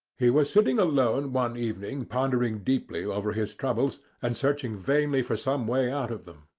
he was sitting alone one evening pondering deeply over his troubles, and searching vainly for some way out of them.